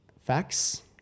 facts